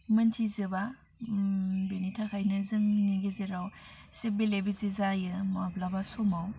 मोनथिजोबा बिनि थाखायनो जोंनि गेजेराव एसे बेले बेजे जायो माब्लाबा समाव